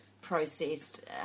processed